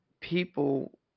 people